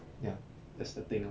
ya that's the thing orh